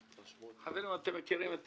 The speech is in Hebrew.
חברים, אתם מכירים את